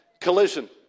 Collision